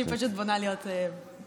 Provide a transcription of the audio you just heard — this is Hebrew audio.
אני פשוט בונה להיות בת כהן.